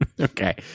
Okay